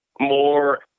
More